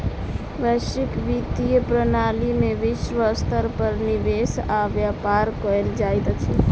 वैश्विक वित्तीय प्रणाली में विश्व स्तर पर निवेश आ व्यापार कयल जाइत अछि